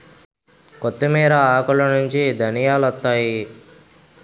కొత్తిమీర ఆకులనుంచి ధనియాలొత్తాయి